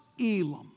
Elam